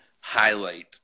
highlight